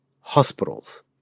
hospitals